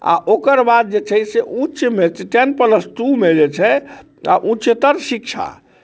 आ ओकर बाद जे छै से उच्चमे टेन प्लस टू मे जे छै आ उच्चतर शिक्षा